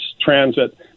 transit